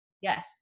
Yes